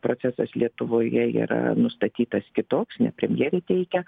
procesas lietuvoje yra nustatytas kitoks ne premjerė teikia